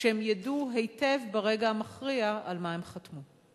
שהם ידעו היטב ברגע המכריע על מה הם חתמו.